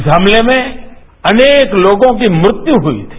इस हमले में अनेक लोगों की मृत्यु हुई थी